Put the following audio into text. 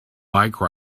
bike